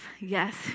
yes